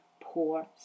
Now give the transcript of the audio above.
poor